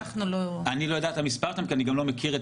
אני לא יודע מה מספרם כי אני לא מכיר את